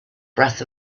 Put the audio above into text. breath